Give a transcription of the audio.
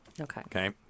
Okay